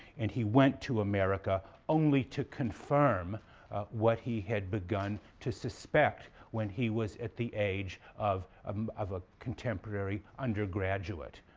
and he went to america only to confirm what he had begun to suspect when he was at the age of um of a contemporary undergraduate.